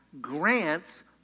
grants